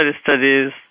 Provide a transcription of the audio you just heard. studies